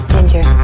Ginger